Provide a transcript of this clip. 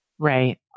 Right